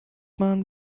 man